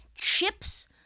chips